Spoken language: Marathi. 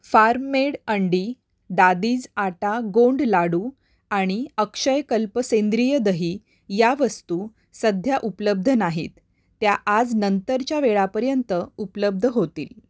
फार्म मेड अंडी दादीज आटा गोंड लाडू आणि अक्षयकल्प सेंद्रिय दही या वस्तू सध्या उपलब्ध नाहीत त्या आज नंतरच्या वेळापर्यंत उपलब्ध होतील